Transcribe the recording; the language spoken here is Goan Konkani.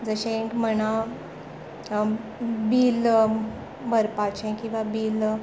जशें एक म्हणा बील भरपाचें किंवा बील